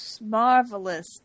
Marvelous